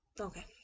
Okay